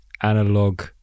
analog